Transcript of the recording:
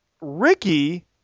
Ricky